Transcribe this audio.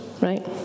right